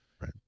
Right